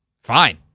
Fine